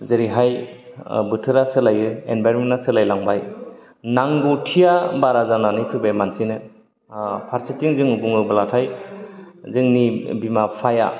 जेरैहाय बोथोरा सोलायो एनभाइरमेन्टा सोलायलांबाय नांगौथिया बारा जानानै फैबाय मानसिनो ओ फारसेथिं जोङो बुङोब्लाथाय जोंनि बिमा बिफाया